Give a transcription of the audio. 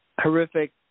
horrific